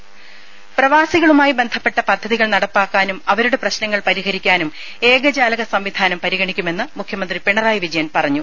രുര പ്രവാസികളുമായി ബന്ധപ്പെട്ട പദ്ധതികൾ നടപ്പാക്കാനും അവരുടെ പ്രശ്നങ്ങൾ പരിഹരിക്കാനും ഏകജാലകസംവിധാനം പരിഗണിക്കുമെന്ന് മുഖ്യമന്ത്രി പിണറായി വിജയൻ പറഞ്ഞു